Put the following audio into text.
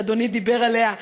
שאדוני דיבר עליה,